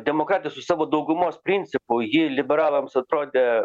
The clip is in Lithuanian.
demokratija su savo daugumos principu ji liberalams atrodė